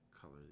color